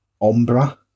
Ombra